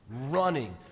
running